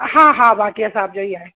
हा हा बाक़ी असां जो ई आहे